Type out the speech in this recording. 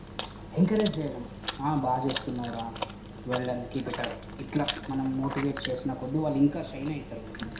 encourage చేయడం బాగా చేస్తున్నావురా వెల్డన్ కీప్ ఇట్ అప్ ఇట్లా మనం మోటివేట్ చేసిన కొద్దీ వాళ్ళు ఇంకా షైన్ అవుతారు